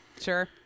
Sure